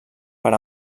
per